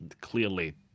clearly